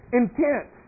intent